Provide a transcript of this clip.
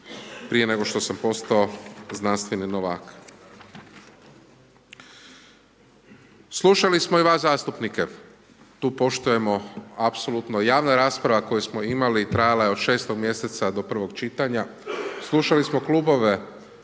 prije nego što sam postao znanstveni novak. Slušali smo i vas zastupnike, tu poštujemo apsolutno, javna rasprava koju smo imali, trajala je od 6-og mjeseca do prvog čitanja, slušali smo Klubove,